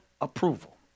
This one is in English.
approval